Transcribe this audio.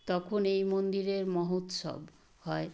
তখন এই মন্দিরের মহোৎসব হয়